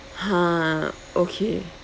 ha okay